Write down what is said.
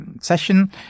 session